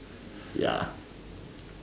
ya